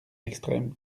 extrême